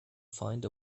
find